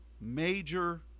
major